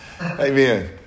Amen